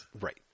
Right